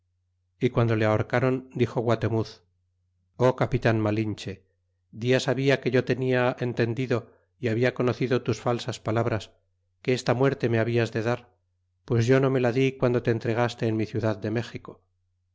y guando le ahorcron dixo guatemuz ó capitan malinche dias habla que yo tenia entendido y habia conocido tus falsas palabras que esta muerte me hablas de dar pues yo no me la di guando te entregaste en mi ciudad de méxico